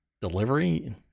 delivery